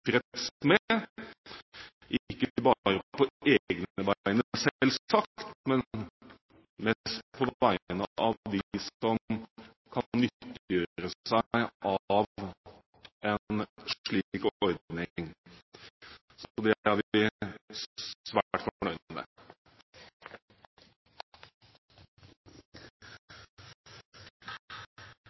ikke bare på egne vegne selvsagt, men mest på vegne av dem som kan nyttiggjøre seg en slik ordning. Så det er vi svært fornøyd med.